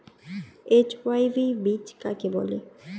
HYV বীজ কাকে বলে?